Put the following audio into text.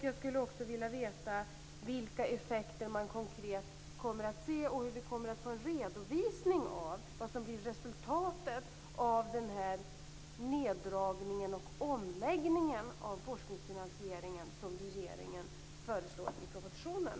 Jag skulle också vilja veta vilka effekter man konkret kommer att se och hur vi kommer att få en redovisning av vad som bli resultatet av den neddragning och omläggning av forskningsfinansieringen som regeringen föreslår i propositionen.